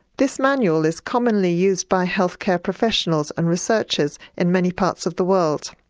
this manual is commonly used by healthcare professionals and researchers in many parts of the world.